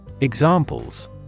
Examples